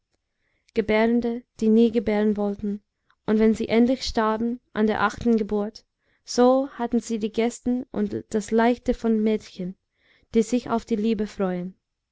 gebärende die nie gebären wollten und wenn sie endlich starben an der achten geburt so hatten sie die gesten und das leichte von mädchen die sich auf die liebe freuen